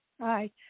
Hi